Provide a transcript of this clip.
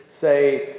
say